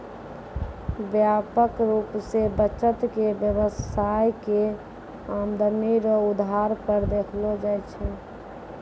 व्यापक रूप से बचत के व्यवसाय के आमदनी रो आधार पर देखलो जाय छै